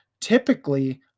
Typically